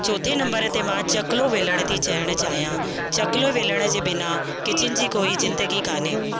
चोथें नम्बर ते मां चकिलो वेलणु थी चवणु चाहियां चकिले वेलण जे बिना किचिन जी कोई ज़िंदगी कान्हे